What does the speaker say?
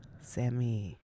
Sammy